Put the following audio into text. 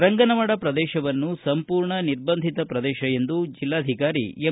ರಂಗನವಾಡ ಪ್ರದೇಶವನ್ನು ಸಂಪೂರ್ಣ ನಿರ್ಬಂಧಿತ ಪ್ರದೇಶ ಎಂದು ಜಿಲ್ಲಾಧಿಕಾರಿ ಎಂ